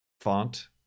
font